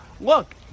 Look